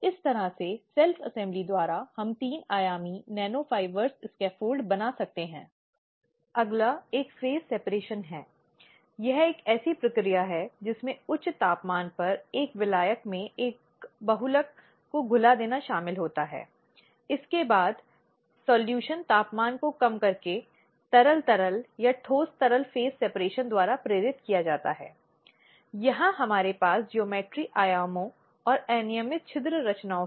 इसलिए यह बहुत महत्वपूर्ण है कि इस प्रक्रिया में पक्षों के साथ उचित सामयिक संचार होना चाहिए और इस तरह की प्रत्येक चीज को अच्छी तरह से प्रलेखित किया जाना चाहिए उस उद्देश्य के लिए एक फाइल रखी जानी चाहिए और आंतरिक शिकायत समिति को तदनुसार आगे बढ़ना चाहिए